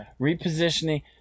repositioning